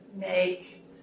make